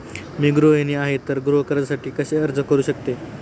मी गृहिणी आहे तर गृह कर्जासाठी कसे अर्ज करू शकते?